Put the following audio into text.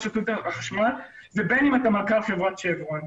רשות החשמל ובין אתה מנכ"ל חברת שברון.